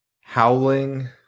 Howling